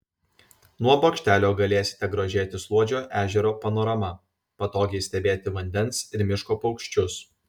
nuo bokštelio galėsite grožėtis luodžio ežero panorama patogiai stebėti vandens ir miško paukščius